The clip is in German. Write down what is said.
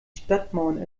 stadtmauern